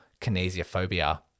kinesiophobia